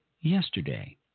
yesterday